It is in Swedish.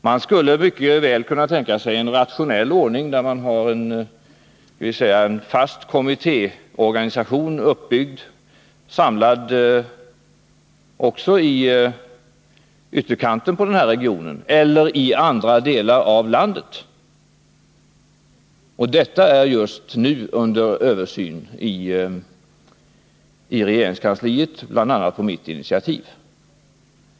Man skulle mycket väl kunna tänka sig en rationell ordning där man har en fast kommittéorganisation uppbyggd, som kan vara samlad också i regionens ytterkant eller i andra delar av landet. Denna fråga är just nu under översyn i regeringskansliet, bl.a. på mitt initiativ.